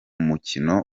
mukino